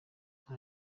nta